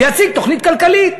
ויציג תוכנית כלכלית.